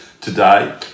today